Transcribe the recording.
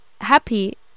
happy